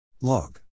Log